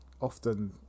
often